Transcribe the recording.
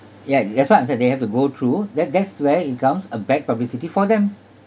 ya that's what I said they have to go through that that's where it comes a bad publicity for them